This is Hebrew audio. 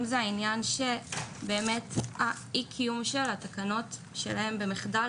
אם זה אי קיום התקנות שלהם שזה מחדל.